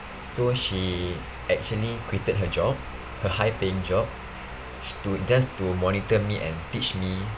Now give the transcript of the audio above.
so she actually quitted her job her high paying job stood just to monitor me and teach me